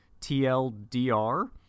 TLDR